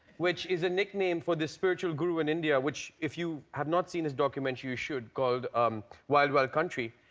which is a nickname for this spiritual guru in india. which, if you have not seen this documentary, you should called um wild, wild country,